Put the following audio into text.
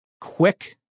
Quick